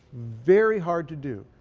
very hard to do.